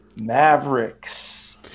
Mavericks